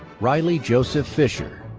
riley joseph fisher,